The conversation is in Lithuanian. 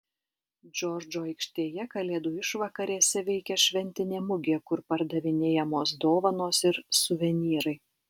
džordžo aikštėje kalėdų išvakarėse veikia šventinė mugė kur pardavinėjamos dovanos ir suvenyrai